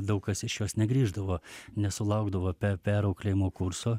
daug kas iš jos negrįždavo nesulaukdavo pe perauklėjimo kurso